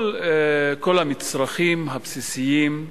כל המצרכים הבסיסיים,